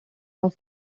was